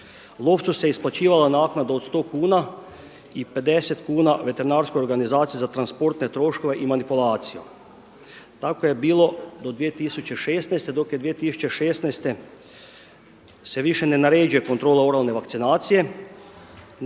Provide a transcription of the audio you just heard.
Lovcu se isplaćivala naknada od 100 kuna i 50 kuna veterinarskoj organizaciji za transportne troškove i manipulacije. Tako je bilo do 2016., dok je 2016. se više ne naređuje kontrola oralne vakcinacije